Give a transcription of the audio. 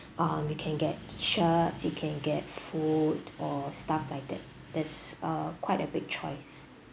um you can get tee shirts you can get food or stuff like this there's uh quite a big choice